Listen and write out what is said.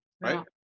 Right